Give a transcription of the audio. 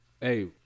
hey